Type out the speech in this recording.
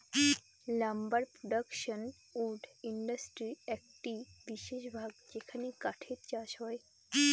lumber production wood ইন্ডাস্ট্রির একটি বিশেষ ভাগ যেখানে কাঠের চাষ হয়